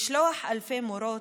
לשלוח אלפי מורות,